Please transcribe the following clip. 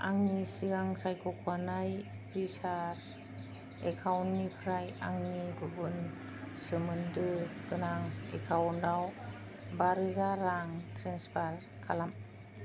आंनि सिगां सायख'खानाय फ्रिसार्ज एकाउन्टनिफ्राय आंनि गुबुन सोमोन्दो गोनां एकाउन्टाव बा'रोजा रां ट्रेन्सफार खालाम